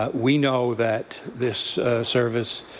ah we know that this service